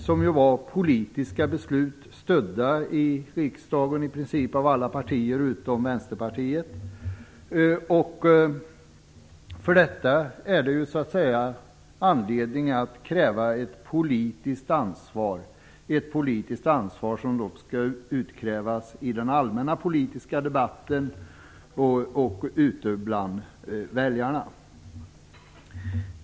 Det var ju politiska beslut, som i riksdagen stöddes av i princip alla partier utom Vänsterpartiet. Det finns anledning att kräva politiskt ansvar i den allmänna politiska debatten och bland väljarna.